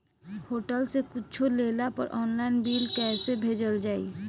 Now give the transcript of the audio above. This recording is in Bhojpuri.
होटल से कुच्छो लेला पर आनलाइन बिल कैसे भेजल जाइ?